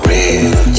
Real